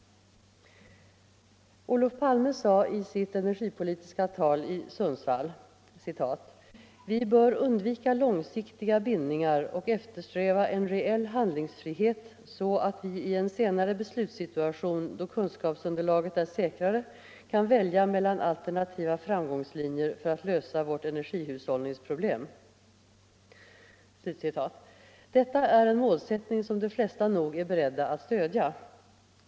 Olof Palme sade i sitt energipolitiska tal i Sundsvall: ”Vi bör undvika långsiktiga bindningar och eftersträva en reell handlingsfrihet så att vi i en senare beslutssituation då kunskapsunderlaget är säkrare kan välja mellan alternativa framgångslinjer för att lösa vårt energihushållningsproblem.” Detta är en målsättning som de flesta nog är beredda att stödja.